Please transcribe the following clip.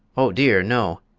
oh dear, no,